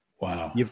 Wow